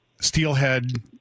steelhead